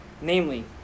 namely